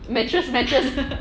mattress mattress